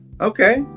Okay